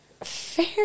fair